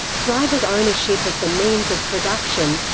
private ownership of the means of production.